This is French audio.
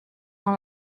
dans